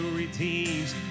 redeems